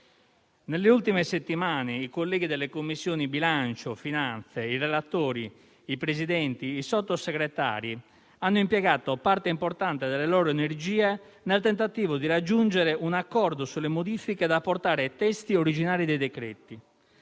Nelle ultime settimane, i colleghi delle Commissioni bilancio e finanze, i relatori, i Presidenti e i Sottosegretari hanno impiegato una parte importante delle loro energie nel tentativo di raggiungere un accordo sulle modifiche da apportare ai testi originari dei decreti-legge.